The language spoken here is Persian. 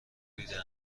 دیده